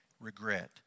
Regret